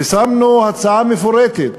ושמנו הצעה מפורקת,